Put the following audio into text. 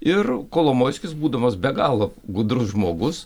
ir kolomojskis būdamas be galo gudrus žmogus